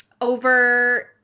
over